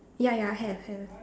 ya ya have have